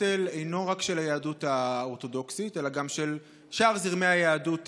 הכותל אינו רק של היהדות האורתודוקסית אלא גם של שאר זרמי היהדות,